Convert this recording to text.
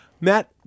Matt